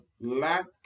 lack